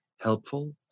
helpful